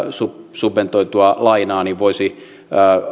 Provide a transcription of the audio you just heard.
subventoitua lainaa voisi